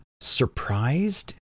surprised